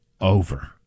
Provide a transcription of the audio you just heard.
over